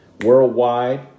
Worldwide